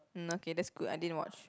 mm okay that's good I didn't watch